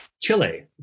Chile